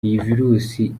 virusi